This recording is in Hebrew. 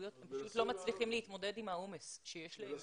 בנציגויות פשוט לא מצליחים להתמודד עם העומס שיש להם,